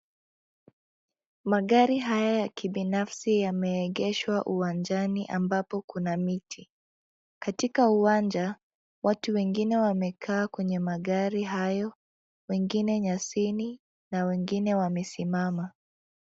Magari haya ya kibinafsi yameegeshwa uwanjani ambapo kuna miti. Katika uwanja, watu wengine wamekaa kwenye magari hayo, wengine nyasini, na wengine wamesimama.